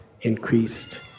increased